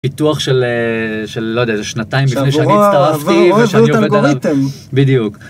פיתוח של של עוד איזה שנתיים לפני שאני הצטרפתי. בדיוק.